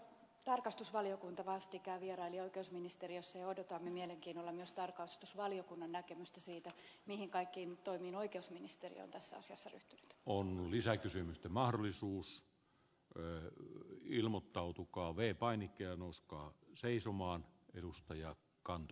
tarkastusvaliokunta vastikään vieraili oikeusministeriössä ja odotamme mielenkiinnolla myös tarkastusvaliokunnan näkemystä siitä mihin kaikkiin toimiin oikeusministeriö on tässä asiassa nyt on lisäksi mahdollisuus erään ilmottautukaveri painit ja nuuskaa seisomaan edustajat ryhtynyt